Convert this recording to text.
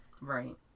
Right